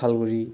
Kathalguri